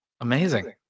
amazing